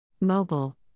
Mobile